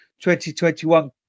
2021